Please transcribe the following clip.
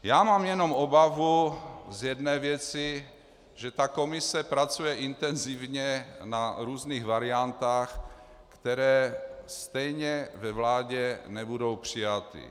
Já mám jenom obavu z jedné věci že komise pracuje intenzivně na různých variantách, které stejně ve vládě nebudou přijaty.